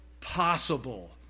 possible